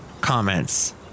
comments